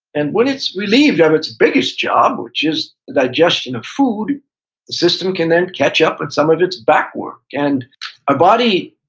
and when it's relieved of its biggest job, which is the digestion of food, the system can then catch up with some of its backwork. our and body,